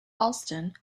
allston